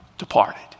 departed